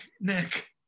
Nick